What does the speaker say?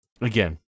again